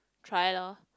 try lor